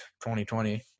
2020